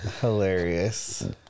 hilarious